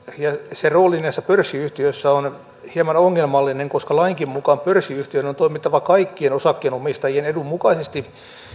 ja sen rooli näissä pörssiyhtiöissä on hieman ongelmallinen koska lainkin mukaan pörssiyhtiön on toimittava kaikkien osakkeenomistajien edun mukaisesti